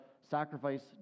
sacrifice